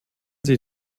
sie